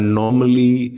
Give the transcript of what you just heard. normally